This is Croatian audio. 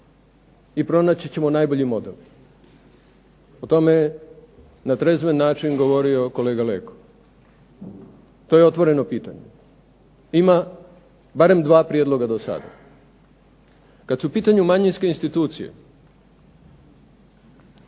i pronaći ćemo najbolji model. O tome je na trezven način govorio kolega Leko. To je otvoreno pitanje. Ima barem dva prijedloga do sada. Kad su u pitanju manjinske institucije